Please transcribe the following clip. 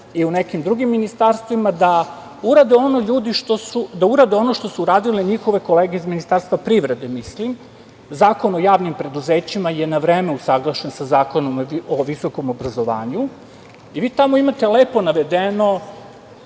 i u nekim drugim ministarstvima da urade ono što su uradile njihove kolege iz Ministarstva privrede, mislim. Zakon o javnim preduzećima je na vreme usaglašen sa Zakonom o visokom obrazovanju i vi tamo imate lepo navedeno